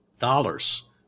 dollars